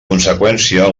conseqüència